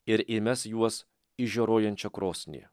ir įmes juos į žioruojančią krosnį